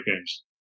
games